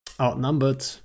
outnumbered